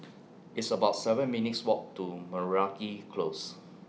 It's about seven minutes' Walk to Meragi Close